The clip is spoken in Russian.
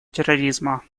терроризма